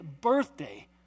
birthday